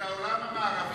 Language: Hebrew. את העולם המערבי החופשי,